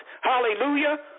Hallelujah